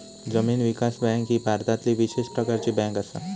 जमीन विकास बँक ही भारतातली विशेष प्रकारची बँक असा